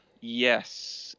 yes